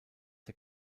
der